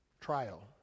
trial